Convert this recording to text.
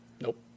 Nope